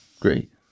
Great